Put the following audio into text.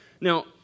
Now